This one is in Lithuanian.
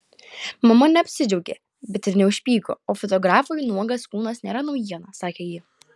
mama neapsidžiaugė bet ir neužpyko o fotografui nuogas kūnas nėra naujiena sakė ji